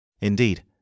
Indeed